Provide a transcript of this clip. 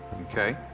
Okay